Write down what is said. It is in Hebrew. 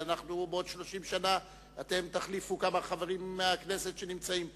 בעוד 30 שנה אתם תחליפו כמה חברים מהכנסת שנמצאים פה.